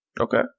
okay